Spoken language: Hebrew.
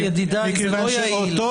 הם לא צריכים להתקבל על ידי ועדת המכרזים.